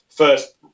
first